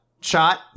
shot